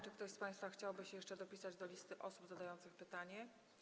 Czy ktoś z państwa chciałby się jeszcze dopisać do listy osób zadających pytanie?